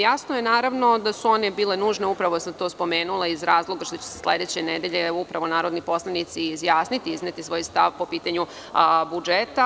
Jasno je, naravno, da su one bile nužne, upravo sam to spomenula, iz razloga što će se sledeće nedelje narodni poslanici izjasniti i izneti svoj stav po pitanju budžeta.